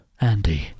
Andy